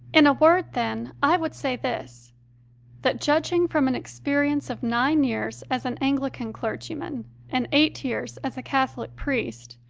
in a word, then, i would say this that, judging from an experience of nine years as an anglican clergyman and eight years as a catholic priest,